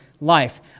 life